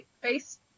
face